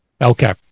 okay